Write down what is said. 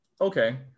Okay